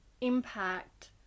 impact